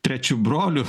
trečiu broliu